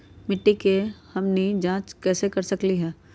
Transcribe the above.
हमनी के मिट्टी के जाँच कैसे कर सकीले है?